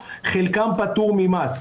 חלקם פטור ממס.